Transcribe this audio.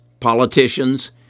politicians